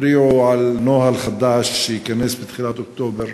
התריעו על נוהל חדש שייכנס בתחילת אוקטובר,